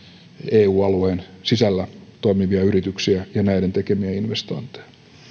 eu alueen sisällä toimivia yrityksiä ja näiden tekemiä investointeja